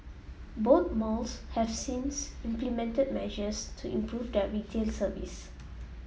both malls have since implemented measures to improve their retail service